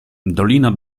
dolina